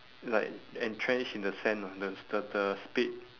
like entrenched in the sand ah the s~ the the spade